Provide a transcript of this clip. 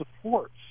supports